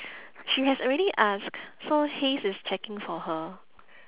she has already asked so haize is checking for her